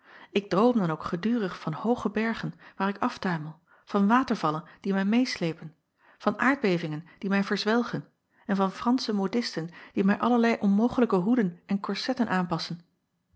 k droom dan ook gedurig van hooge bergen waar ik aftuimel van watervallen die mij meêsleepen van aardbevingen die mij verzwelgen en van ransche modisten die mij allerlei onmogelijke hoeden en korsetten aanpassen